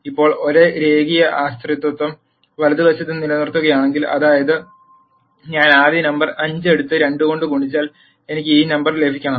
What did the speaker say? ഇപ്പോൾ ഒരേ രേഖീയ ആശ്രിതത്വം വലതുഭാഗത്ത് നിലനിർത്തുകയാണെങ്കിൽ അതായത് ഞാൻ ആദ്യ നമ്പർ 5 എടുത്ത് 2 കൊണ്ട് ഗുണിച്ചാൽ എനിക്ക് ഈ നമ്പർ ലഭിക്കണം